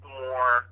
more